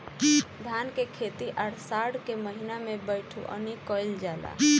धान के खेती आषाढ़ के महीना में बइठुअनी कइल जाला?